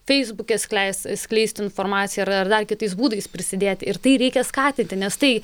feisbuke skleis skleisti informaciją ir ar dar kitais būdais prisidėti ir tai reikia skatinti nes tai